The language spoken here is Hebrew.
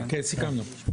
כן, סיכמנו.